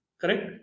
correct